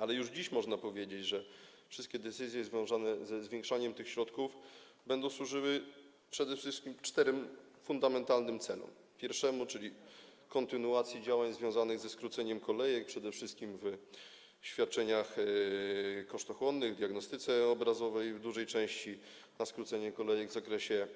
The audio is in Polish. Jednak już dziś można powiedzieć, że wszystkie decyzje związane ze zwiększaniem tych środków będą służyły przede wszystkim czterem fundamentalnym celom - chodzi o, po pierwsze, kontynuację działań związanych ze skróceniem kolejek, przede wszystkim w zakresie świadczeń kosztochłonnych, diagnostyki obrazowej, w dużej części, skrócenie kolejek w zakresie